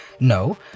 no